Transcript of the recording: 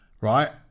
right